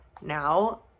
now